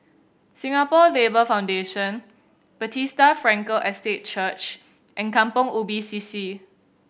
Singapore Labour Foundation Bethesda Frankel Estate Church and Kampong Ubi C C